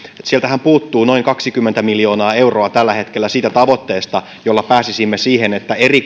sieltähän puuttuu noin kaksikymmentä miljoonaa euroa tällä hetkellä siitä tavoitteesta jolla pääsisimme siihen että eri